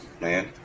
man